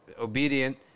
obedient